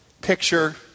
picture